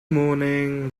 moaning